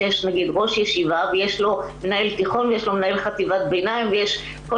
שיש ראש ישיבה ויש לו מנהל תיכון ויש לו